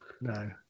No